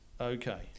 Okay